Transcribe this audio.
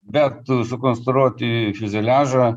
bet sukonstruoti fiuzeliažą